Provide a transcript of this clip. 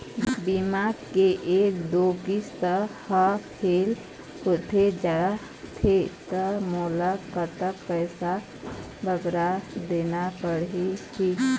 बीमा के एक दो किस्त हा फेल होथे जा थे ता मोला कतक पैसा बगरा देना पड़ही ही?